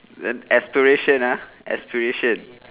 then aspiration ah aspiration